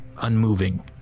unmoving